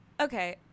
Okay